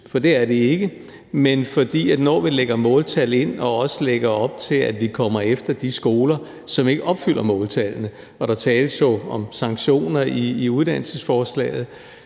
for det er det ikke, men når vi lægger måltal ind og også lægger op til, at vi kommer efter de skoler, som ikke opfylder måltallene – der tales jo om sanktioner i uddannelsesforslaget